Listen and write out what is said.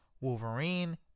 Wolverine